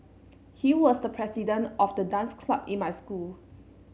he was the president of the dance club in my school